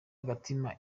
agatima